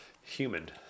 human